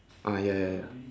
ah ya ya ya